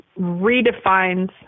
redefines